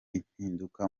impinduka